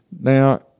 Now